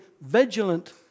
vigilant